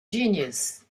genius